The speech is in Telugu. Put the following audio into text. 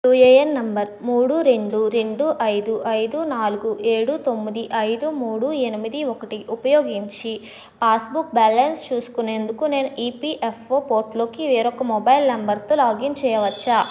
యూఏఎన్ నంబరు మూడు రెండు రెండు ఐదు ఐదు నాలుగు ఏడు తొమ్మిది ఐదు మూడు ఎనిమిది ఒకటి ఉపయోగించి పాస్బుక్ బ్యాలన్స్ చూసుకునేందుకు నేను ఈపీఎఫ్ఓ పోర్టులోకి వేరొక మొబైల్ నంబరుతో లాగిన్ చేయవచ్చా